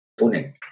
Pune